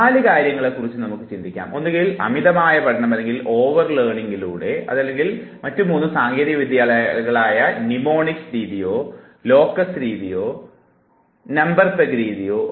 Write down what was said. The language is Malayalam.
നാല് കാര്യങ്ങളെ കുറിച്ച് ചിന്തിക്കാം ഒന്നുകിൽ അമിതമായ പഠനത്തിലൂടെയോ അതുമല്ലെങ്കിൽ മറ്റു മൂന്ന് സാങ്കേതിക വിദ്യകളായ നിമോണിക്സ് രീതിയോ ലോക്കസ് രീതിയോ കൂടാതെ നമ്പർ പെഗ് സാങ്കേതികതയോ ആകാം